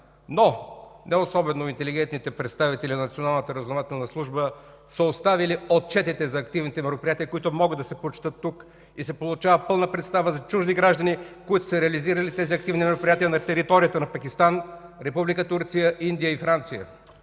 Не особено интелигентните представители обаче на Националната разузнавателна служба са оставили отчетите за активните мероприятия, които могат да се прочетат тук и се получава пълна представа за чужди граждани, които са реализирали тези активни мероприятия на територията на Пакистан, Република Турция, Индия и Франция.